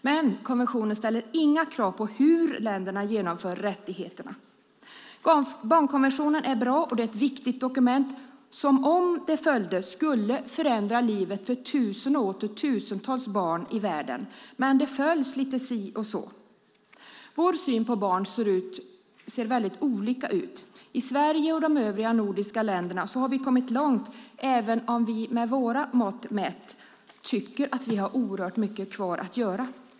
Men konventionen ställer inga krav på hur länderna genomför rättigheterna. Barnkonventionen är bra. Det är ett viktigt dokument som - om det följdes - skulle förändra livet för tusen och åter tusen barn i världen. Men det följs lite si och så. Vår syn på barn är väldigt olika. I Sverige och de övriga nordiska länderna har vi kommit långt, även om vi med våra mått mätt tycker att vi har oerhört mycket kvar att göra.